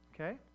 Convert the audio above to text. Okay